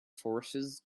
forces